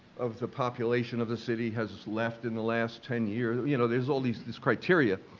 of the population of the city has left in the last ten years, you know, there's all these these criteria.